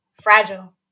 fragile